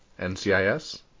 NCIS